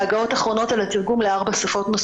בהגהות אחרונות על התרגום לארבע שפות.